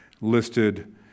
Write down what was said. listed